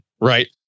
right